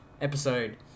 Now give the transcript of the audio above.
episode